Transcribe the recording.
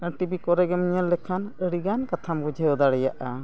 ᱟᱨ TV ᱨᱮᱜᱮᱢ ᱧᱮᱞ ᱞᱮᱠᱷᱟᱱ ᱟᱹᱰᱤᱜᱟᱱ ᱠᱟᱛᱷᱟᱢ ᱵᱩᱡᱷᱟᱹᱣ ᱫᱟᱲᱮᱭᱟᱜᱼᱟ